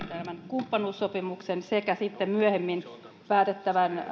kumppanuussopimuksen sekä sitten myöhemmin päätettävän